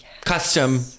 Custom